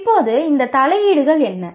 இப்போது இந்த தலையீடுகள் என்ன